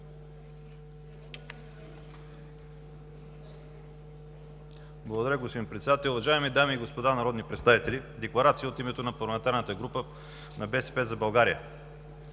Благодаря, господин Председател. Уважаеми дами и господа народни представители! Декларация от името на парламентарната група на „БСП за България“: